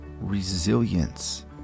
resilience